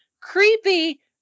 creepy